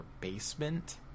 basement